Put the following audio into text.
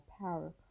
power